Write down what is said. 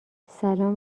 سلام